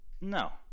No